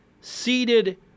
Seated